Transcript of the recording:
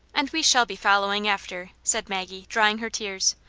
and we shall be following after, said maggie, drying her tears.